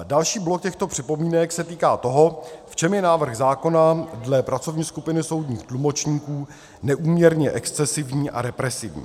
Další blok těchto připomínek se týká toho, v čem je návrh zákona dle pracovní skupiny soudních tlumočníků neúměrně excesivní a represivní.